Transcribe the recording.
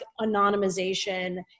anonymization